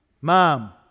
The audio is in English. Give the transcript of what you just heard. Mom